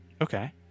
Okay